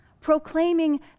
proclaiming